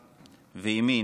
ואימי,